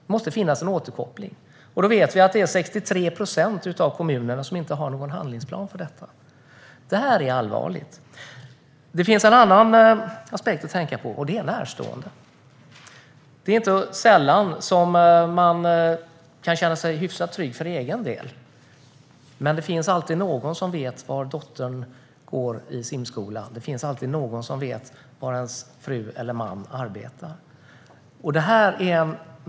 Det måste finnas en återkoppling, och vi vet att 63 procent av kommunerna inte har någon handlingsplan för detta. Det är allvarligt. Det finns en annan aspekt att tänka på, och den handlar om de närstående. Det är inte sällan som man kan känna sig hyfsat trygg för egen del, men det finns alltid någon som vet var dottern går i simskola eller var ens fru eller man arbetar.